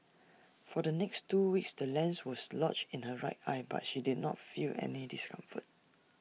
for the next two weeks the lens was lodged in her right eye but she did not feel any discomfort